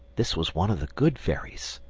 this was one of the good fairies.